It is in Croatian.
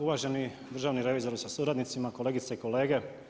Uvaženi državni revizoru sa suradnicima, kolegice i kolege.